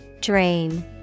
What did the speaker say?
DRAIN